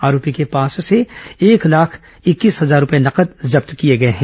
आरोपी के पास से एक लाख इक्कीस हजार रूपये नगद जब्त किए गए हैं